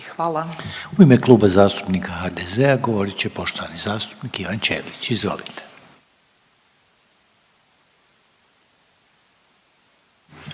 (HDZ)** U ime Kluba zastupnika HDZ-a govorit će poštovani zastupnik Ivan Kirin. Izvolite.